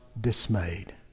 dismayed